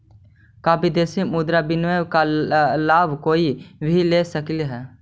का विदेशी मुद्रा विनिमय का लाभ कोई भी ले सकलई हे?